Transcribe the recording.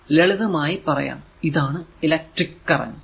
ലളിതമായി പറയാം ഇതാണ് ഇലക്ട്രിക്ക് കറന്റ് electric current